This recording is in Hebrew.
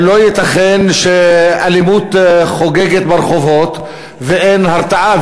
לא ייתכן שאלימות חוגגת ברחובות ואין הרתעה.